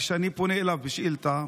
כשאני פונה אליו בשאילתה,